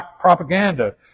propaganda